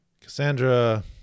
Cassandra